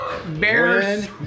Bears